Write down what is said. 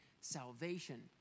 salvation